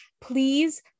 please